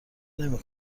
نمی